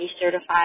certified